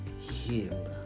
healed